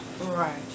Right